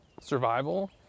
survival